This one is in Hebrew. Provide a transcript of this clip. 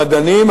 המדענים,